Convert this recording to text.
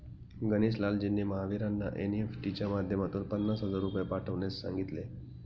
गणेश लालजींनी महावीरांना एन.ई.एफ.टी च्या माध्यमातून पन्नास हजार रुपये पाठवण्यास सांगितले